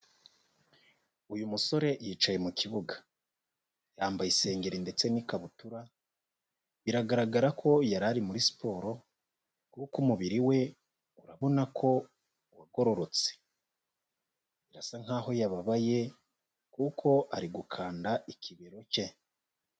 Uyu musore yicaye mu kibuga, yambaye isengeri ndetse n'ikabutura, biragaragara ko yari ari muri siporo, kuko umubiri we urabona ko wagororotse, birasa nk'aho yababaye kuko ari gukanda ikibero cye.